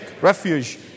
refuge